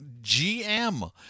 GM